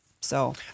So-